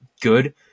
good